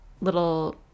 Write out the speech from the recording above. little